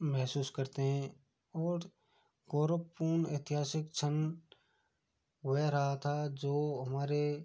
महसूस करते हैं और गौरवपूर्ण ऐतिहासिक क्षण वह रहा था जो हमारे